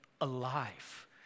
alive